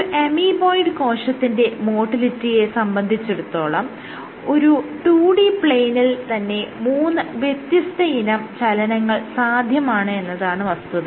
ഒരു അമീബോയ്ഡ് കോശത്തിന്റെ മോട്ടിലിറ്റിയെ സംബന്ധിച്ചിടത്തോളം ഒരു 2D പ്ലെയ്നിൽ തന്നെ മൂന്ന് വ്യത്യസ്തയിനം ചലനങ്ങൾ സാധ്യമാണ് എന്നതാണ് വസ്തുത